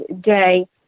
day